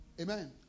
Amen